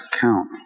count